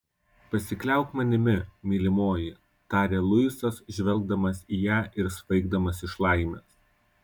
pasikliauk manimi mylimoji tarė luisas žvelgdamas į ją ir svaigdamas iš laimės